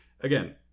again